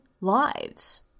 lives